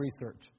research